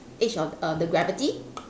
edge of err the gravity